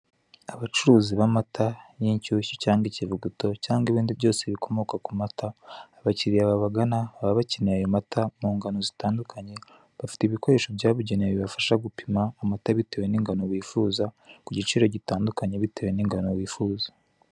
Abacuruzi b'amata y'inshyushyu cyangwa ikivuguto cyangwa ibindi byose bikomoka ku mata abakiriya babagana baba bakeneye ayo mata mu ngano bitandukanye. Bafite igikoresho byabugenewe bibafasha gupima amata bitewe n'ingano bifuza ku giciro gitandukanye bitewe n'ingano wifuza.